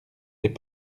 des